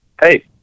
hey